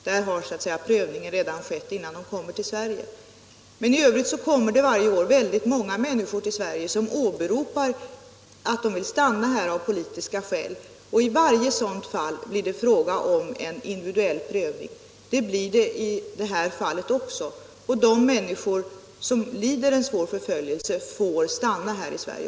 I de fallen har prövningen så att säga skett redan innan de kommer till Sverige, men i övrigt kommer många människor hit och åberopar politiska skäl för att få stanna kvar. I varje sådant fall blir det fråga om en individuell prövning, och det blir det även här. De människor som lider svår förföljelse får stanna i Sverige.